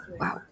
Wow